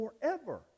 forever